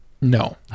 No